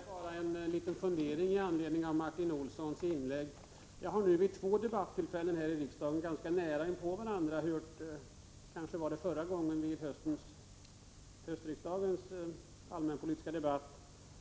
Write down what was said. Herr talman! Jag tillåter mig en liten fundering med anledning av Martin Olssons inlägg. Jag har nu vid två ganska näraliggande debattillfällen här i riksdagen — kanske var det senast under höstsessionens allmänpolitiska debatt